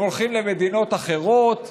הם הולכים למדינות אחרות.